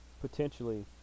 potentially